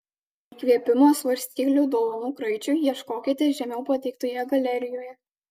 įkvėpimo svarstyklių dovanų kraičiui ieškokite žemiau pateiktoje galerijoje